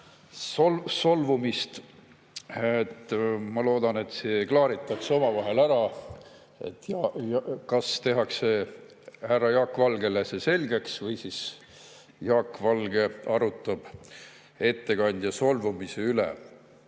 solvumist. Ma loodan, et see klaaritakse omavahel ära. Kas tehakse härra Jaak Valgele see selgeks või siis Jaak Valge arutab ettekandjaga solvumise üle. Aga